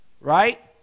right